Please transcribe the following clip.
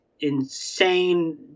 insane